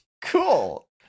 Cool